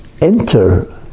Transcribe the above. enter